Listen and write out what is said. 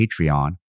Patreon